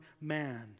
man